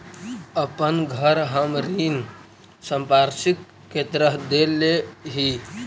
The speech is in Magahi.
अपन घर हम ऋण संपार्श्विक के तरह देले ही